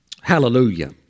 Hallelujah